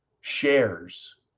shares